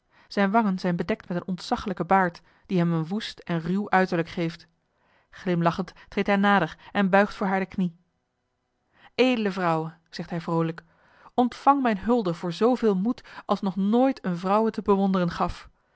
zijne wangen zijn bedekt met een ontzaglijken baard die hem een woest en ruw uiterlijk geeft glimlachend treedt hij nader en buigt voor haar de knie edele vrouwe zegt hij vroolijk ontvang mijne hulde voor zooveel moed als nog nooit eene vrouwe te bewonderen gaf